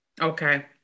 Okay